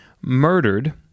murdered